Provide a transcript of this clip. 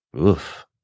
Oof